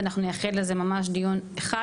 אנחנו נייחד לזה ממש דיון אחד,